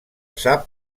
sap